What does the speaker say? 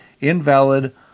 invalid